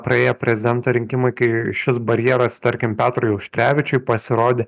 praėję prezidento rinkimai kai šis barjeras tarkim petrui auštrevičiui pasirodė